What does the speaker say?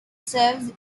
serves